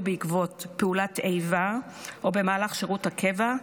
בעקבות פעולת איבה או במהלך שירות הקבע,